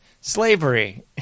slavery